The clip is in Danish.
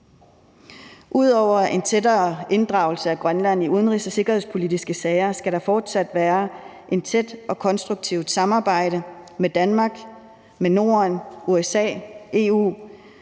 Ud over en tættere inddragelse af Grønland i udenrigs- og sikkerhedspolitiske sager skal der fortsat være et tæt og konstruktivt samarbejde med Danmark, Norden, USA og